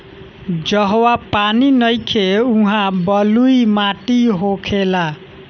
जहवा पानी नइखे उहा बलुई माटी होखेला